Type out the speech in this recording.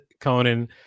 Conan